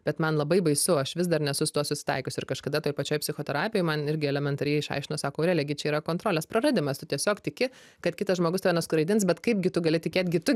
bet man labai baisu aš vis dar nesu tuo susitaikiusi ir kažkada toj pačioj psichoterapijoj man irgi elementariai išaiškino sako aurelija gi čia yra kontrolės praradimas tu tiesiog tiki kad kitas žmogus tave nuskraidins bet kaipgi tu gali tikėti kitu